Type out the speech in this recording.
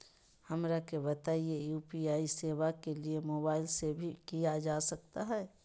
हमरा के बताइए यू.पी.आई सेवा के लिए मोबाइल से भी किया जा सकता है?